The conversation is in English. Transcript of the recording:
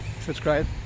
subscribe